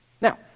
Now